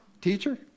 Teacher